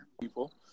people